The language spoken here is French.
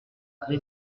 gré